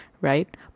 right